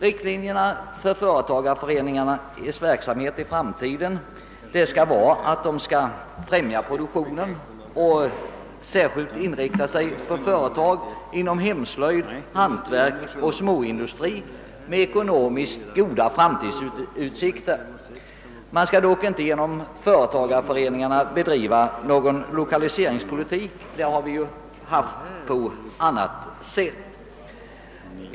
Riktlinjerna för företagareföreningarnas verksamhet i framtiden skall vara att de skall främja produktionen och särskilt inrikta sig på företag inom hemslöjd, hantverk och småindustri med ekonomiskt goda framtidsutsikter. Man skall dock inte genom företagareföreningarna bedriva någon lokaliseringspolitik — den sköts ju på annat sätt.